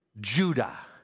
Judah